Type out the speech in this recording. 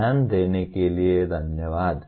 ध्यान देने के लिए आपको धन्यवाद